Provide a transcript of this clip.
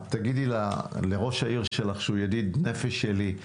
את תגידי לראש העיר שלך שהוא ידיד נפש שלי,